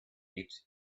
teach